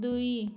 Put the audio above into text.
ଦୁଇ